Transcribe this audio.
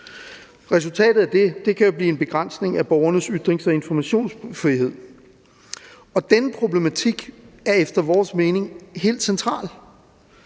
resultatet af det kan blive en begrænsning af borgernes ytrings-og informationsfrihed. Denne problematik er efter vores mening helt central,